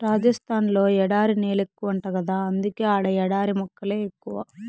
రాజస్థాన్ ల ఎడారి నేలెక్కువంట గదా అందుకే ఆడ ఎడారి మొక్కలే ఎక్కువ